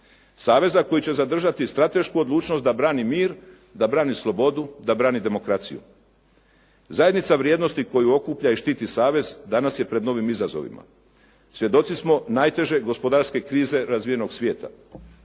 saveza koji će zadržati stratešku odlučnost da brani mir, da brani slobodu, da brani demokraciju. Zajednica vrijednosti koju okuplja i štiti savez, danas je pred novim izazovima. Svjedoci smo najteže gospodarske krize razvijenog svijeta.